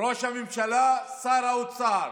ראש הממשלה ושר האוצר